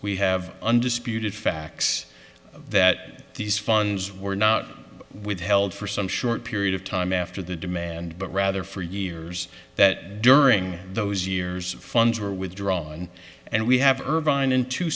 we have undisputed facts that these funds were not withheld for some short period of time after the demand but rather for years that during those years of funds were withdrawn and we have